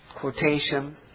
Quotation